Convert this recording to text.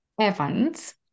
Evans